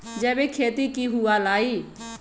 जैविक खेती की हुआ लाई?